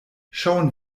schauen